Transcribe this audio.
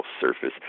surface